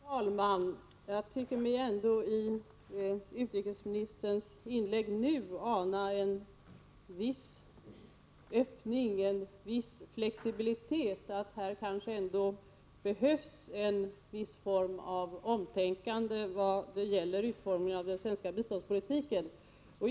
Herr talman! Jag tycker mig i utrikesministerns senaste inlägg spåra en viss öppning, en viss flexibilitet, som visar att utrikesministern är medveten om att här kanske ändå behövs ett omtänkande när det gäller utformningen av den svenska biståndspolitiken.